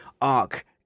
arc